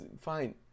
fine